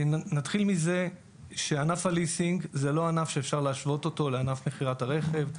נתחיל מזה שענף הליסינג זה לא ענף שאפשר להשוות אותו לענף מכירת הרכב,